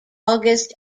august